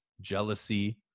jealousy